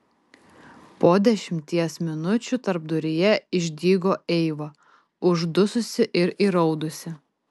po dešimties minučių tarpduryje išdygo eiva uždususi ir įraudusi